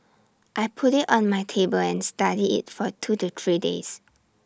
I put IT on my table and studied IT for two to three days